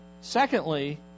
Secondly